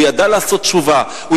הוא ידע לעשות תשובה,